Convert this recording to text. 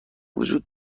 وجود